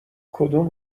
کدوم